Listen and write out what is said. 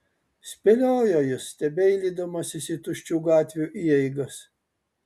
spėliojo jis stebeilydamasis į tuščių gatvių įeigas